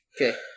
Okay